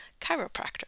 chiropractor